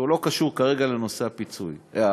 שלא קשור כרגע לנושא הפגיעה.